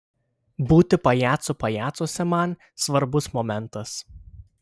būti pajacu pajacuose man svarbus momentas